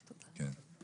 תודה.